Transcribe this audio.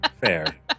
fair